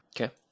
Okay